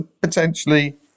potentially